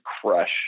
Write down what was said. crush